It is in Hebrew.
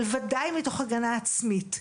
אבל בוודאי מתוך הגנה עצמית,